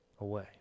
away